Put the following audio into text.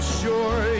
sure